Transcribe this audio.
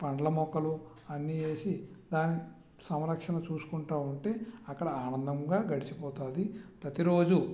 పండ్ల మొక్కలు అన్ని వేసి దాని సంరక్షణ చూసుకుంటూ ఉంటే అక్కడ ఆనందంగా గడిచిపోతుంది ప్రతిరోజు